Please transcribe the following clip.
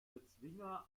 bezwinger